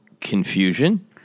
confusion